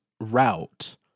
route